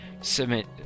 submit